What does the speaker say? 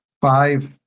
five